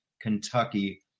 kentucky